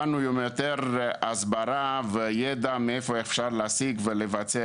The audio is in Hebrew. באנו עם יותר הסברה וידע מאיפה אפשר להשיג ולבצע